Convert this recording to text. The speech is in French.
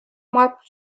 mois